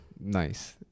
Nice